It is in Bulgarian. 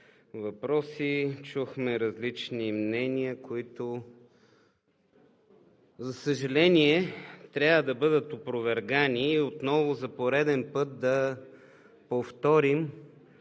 въпроси, чухме различни мнения, които, за съжаление, трябва да бъдат опровергани. Отново, за пореден път да повторим,